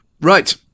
Right